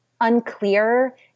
unclear